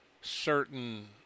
certain